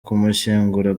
kumushyingura